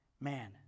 man